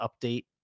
update